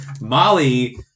Molly